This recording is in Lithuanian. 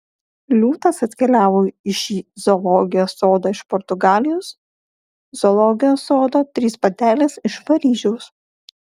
liūtas atkeliavo į šį zoologijos sodą iš portugalijos zoologijos sodo trys patelės iš paryžiaus